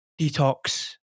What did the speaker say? Detox